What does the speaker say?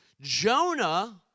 Jonah